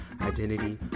identity